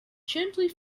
gently